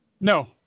No